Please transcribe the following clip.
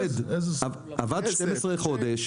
עובד שעבד 12 חודשים.